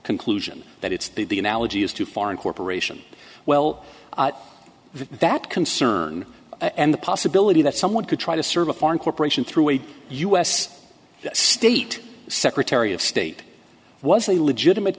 conclusion that it's the the analogy is to foreign corp well that concern and the possibility that someone could try to serve a foreign corporation through a u s state secretary of state was a legitimate